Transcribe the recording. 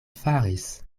faris